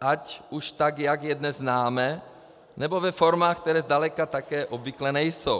ať už tak, jak je dnes známe, nebo ve formách, které zdaleka tak obvyklé nejsou.